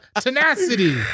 tenacity